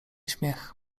śmiech